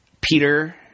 Peter